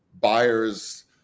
buyer's